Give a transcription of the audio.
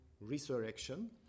Resurrection